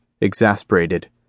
exasperated